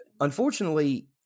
Unfortunately